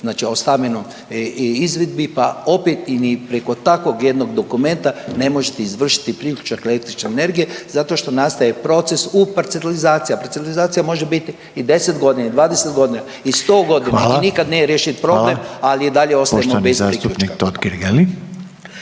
o stambenom izvedbi pa opet i ni preko takvog jednog dokumenta ne možete izvršiti priključak električne energije zato što nastaje proces u parcelizaciji. A parcelizacija može biti i 10 godina i 20 godina i 100 godina i nikad nije riješen …/Upadica Reiner: Hvala lijepa./… problem, ali i dalje ostajemo bez priključka.